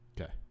Okay